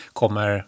kommer